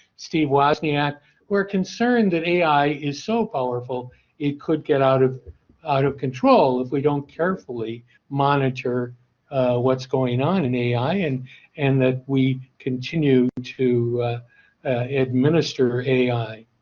steve wozniak were concerned that ai is so powerful it could get out of out of control if we don't carefully monitor what's going on in ai and and that we continue to administer ai.